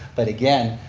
but again,